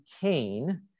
Cain